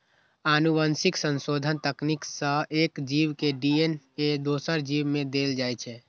आनुवंशिक संशोधन तकनीक सं एक जीव के डी.एन.ए दोसर जीव मे देल जाइ छै